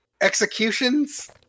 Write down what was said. executions